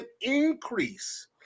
increase